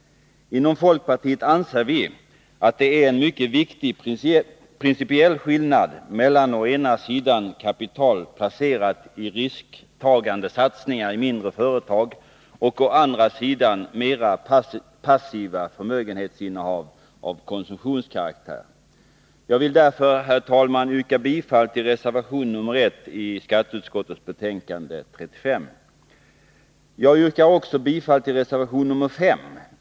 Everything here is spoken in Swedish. Inom folkpartiet anser vi att det är en mycket viktig principiell skillnad mellan å ena sidan kapital placerat i risktagande satsningar i mindre företag och å andra sidan mera passiva förmögenhetsinnehav av konsumtionskaraktär. Jag vill därför, herr talman, yrka bifall till reservation nr 1 i skatteutskottets betänkande 35. Jag yrkar också bifall till reservation nr 5.